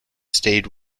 stayed